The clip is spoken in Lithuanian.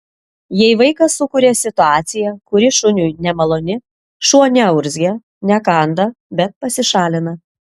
jei vaikas sukuria situaciją kuri šuniui nemaloni šuo neurzgia nekanda bet pasišalina